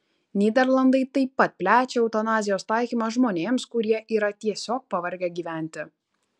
nyderlandai taip pat plečia eutanazijos taikymą žmonėms kurie yra tiesiog pavargę gyventi